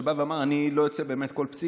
שבא ואמר שאני לא אצא על כל פסיק.